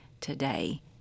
today